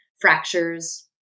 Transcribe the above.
fractures